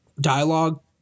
dialogue